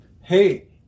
Hey